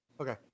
okay